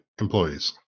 employees